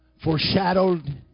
foreshadowed